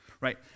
right